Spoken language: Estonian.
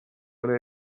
ole